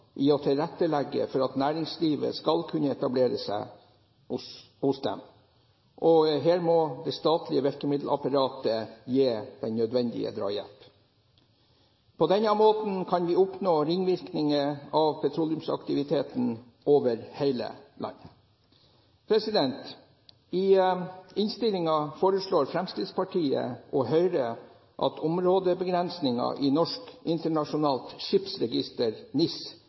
å tilrettelegge for at næringslivet skal kunne etablere seg hos dem, og her må det statlige virkemiddelapparatet gi den nødvendige drahjelpen. På denne måten kan vi oppnå ringvirkninger av petroleumsaktiviteten over hele landet. I innstillingen foreslår Fremskrittspartiet og Høyre at områdebegrensningen i Norsk Internasjonalt Skipsregister, NIS,